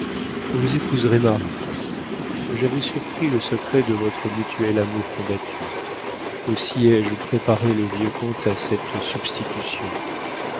vous épouserez marie j'avais surpris le secret de votre mutuel amour combattu aussi ai-je préparé le vieux comte à cette substitution